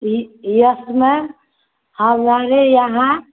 यह yes ma'am हमारे यहाँ